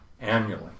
annually